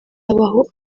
habaho